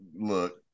look